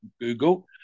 Google